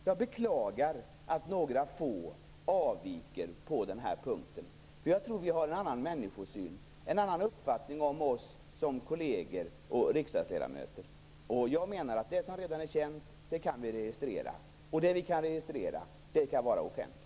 Jag beklagar att några få avviker på den här punkten, eftersom jag tror att vi har en annan människosyn och en annan uppfattning om oss som kolleger och riksdagsledamöter. Jag menar att vi kan registrera det som redan är känt. Och det vi registrerar kan vara offentligt.